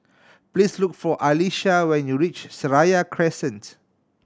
please look for Alysha when you reach Seraya Crescent